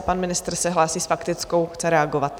Pan ministr se hlásí s faktickou, chce reagovat.